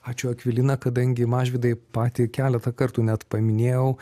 ačiū akvilina kadangi mažvydai patį keletą kartų net paminėjau